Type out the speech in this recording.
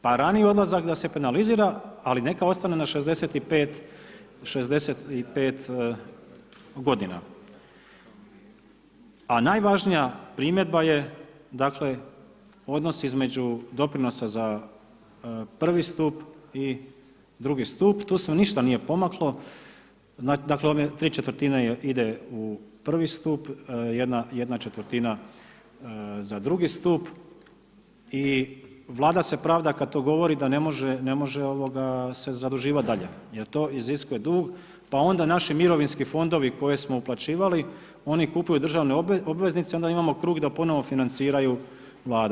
Pa raniji odlazak da se penalizira ali neka ostane na 65, 65 godina, a najvažnija primjedba je dakle odnos između doprinosa za prvi stup i drugi stup, tu se ništa nije pomaklo, dakle tri četvrtine ide u prvi stup, jedna četvrtina za drugi stup, i Vlada se pravda kad to govori da ne može, ne može se zaduživat dalje jer to iziskuje dug pa onda naši mirovinski fondovi koje smo uplaćivali oni kupuju državne obveznice onda imamo krug da ponovno financiraju vladu.